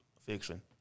fiction